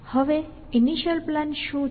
હવે initial plan શું છે